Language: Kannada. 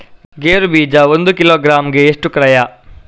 ಗೇರು ಬೀಜ ಒಂದು ಕಿಲೋಗ್ರಾಂ ಗೆ ಎಷ್ಟು ಕ್ರಯ?